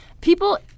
people